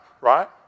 right